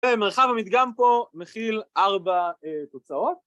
ומרחב המדגם פה מכיל ארבע תוצאות.